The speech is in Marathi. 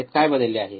वेळेत काय बदलले आहे